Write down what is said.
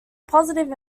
positive